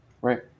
Right